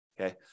okay